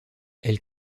elle